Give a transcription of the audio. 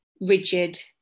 rigid